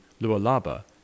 lualaba